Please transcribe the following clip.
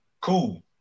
Cool